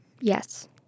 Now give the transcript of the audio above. Yes